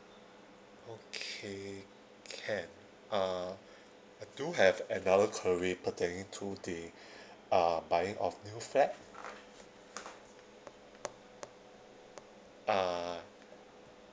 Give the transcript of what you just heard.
okay can uh I do have another query pertaining to the uh buying of new flat uh